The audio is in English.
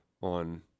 on